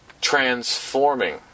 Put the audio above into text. transforming